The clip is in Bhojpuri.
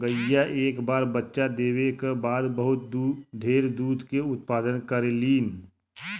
गईया एक बार बच्चा देवे क बाद बहुत ढेर दूध के उत्पदान करेलीन